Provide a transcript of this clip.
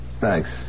thanks